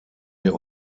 wir